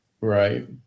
Right